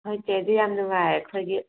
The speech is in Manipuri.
ꯑꯩꯈꯣꯏ ꯆꯦꯗꯤ ꯌꯥꯝ ꯅꯨꯡꯉꯥꯏꯔꯦ ꯑꯩꯈꯣꯏꯒꯤ